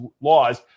laws